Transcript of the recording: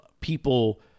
people